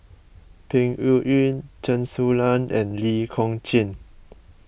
Peng Yuyun Chen Su Lan and Lee Kong Chian